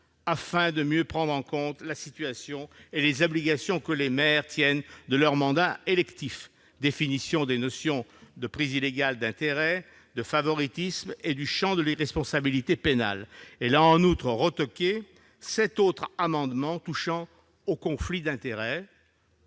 afin de mieux prendre en compte la situation et les obligations que les maires tiennent de leur mandat électif : définitions des notions de prise illégale d'intérêt, de favoritisme et du champ de l'irresponsabilité pénale. Elle a en outre retoqué sept autres amendements visant le conflit d'intérêts.